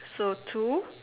so two